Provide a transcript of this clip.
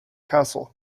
castle